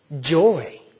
joy